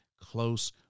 close